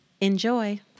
Enjoy